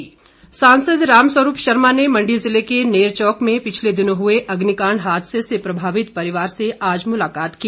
रामस्वरूप सांसद रामस्वरूप शर्मा ने मंडी जिले के नैर चौक में पिछले दिनों हुए अग्निकांड हादसे से प्रभावित परिवार से आज मुलाकात की